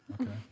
Okay